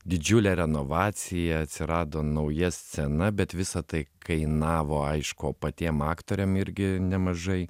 didžiulę renovaciją atsirado nauja scena bet visa tai kainavo aišku o patiem aktoriam irgi nemažai